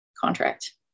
contract